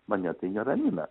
mane tai neramina